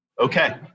okay